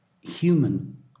human